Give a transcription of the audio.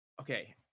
okay